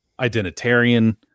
identitarian